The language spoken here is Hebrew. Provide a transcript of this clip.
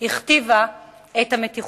הכתיבה את המתיחות.